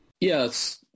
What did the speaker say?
Yes